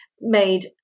made